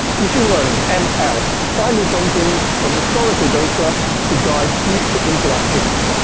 machine learning um ml. finding functions from historical data to guide future interactions.